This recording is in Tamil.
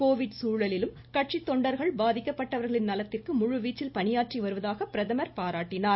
கோவிட் சூழலிலும் கட்சி தொண்டர்கள் பாதிக்கப்பட்டவர்களின் நலத்திற்கு முழுவீச்சில் பணியாற்றி வருவதாக பிரதமர் பாராட்டினார்